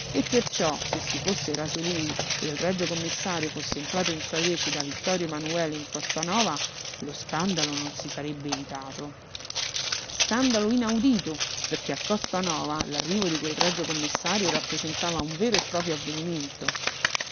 e perciò se si fosse raso lui e il regio commissario fosse entrato in sua vece da vittorio emanuele in costanova lo scandalo non si sarebbe evitato scandalo inaudito perché a costanova l'arrivo di quel regio commissario rappresentava un vero e proprio avvenimento